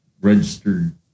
registered